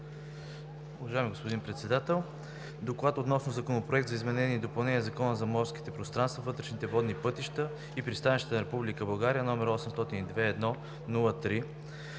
Уважаеми господин Председател! „ДОКЛАД относно Законопроект за изменение и допълнение на Закона за морските пространства, вътрешните водни пътища и пристанищата на Република България, № 802-01-3,